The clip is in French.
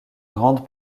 grande